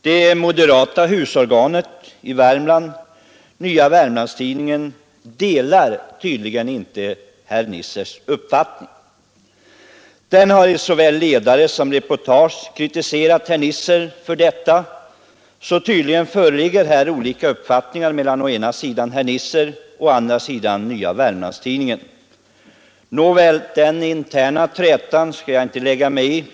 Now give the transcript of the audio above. Det moderata husorganet i Värmland, Nya Wermlands-Tidningen, delar tydligen inte herr Nissers uppfattning. Den har i såväl ledare som reportage kritiserat herr Nisser för detta, så tydligen föreligger här olika uppfattningar mellan å ena sidan herr Nisser och å andra sidan Nya Wermlands-Tidningen. Nåväl, den interna trätan skall jag inte lägga mig i.